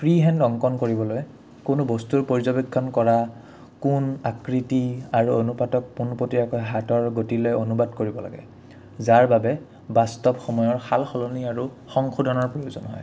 free hand অংকণ কৰিবলৈ কোনো বস্তুৰ পৰ্যবেক্ষণ কৰা কোণ আকৃতি আৰু অনুপাতক পোনপতীয়াকৈ হাতৰ গতিলৈ অনুবাদ কৰিব লাগে যাৰ বাবে বাস্তৱ সময়ৰ সালসলনি আৰু সংশোধনৰ প্ৰয়োজন হয়